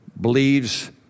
believes